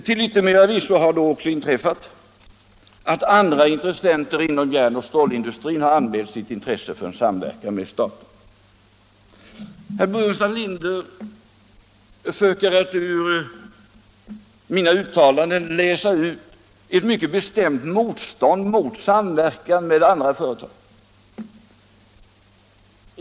Till yttermera visso har också inträffat att andra företag inom järnoch stålindustrin har anmält intresse för en samverkan med staten. Herr Burenstam Linder söker att ur mina uttalanden läsa ut ett mycket bestämt motstånd mot samverkan med andra företag.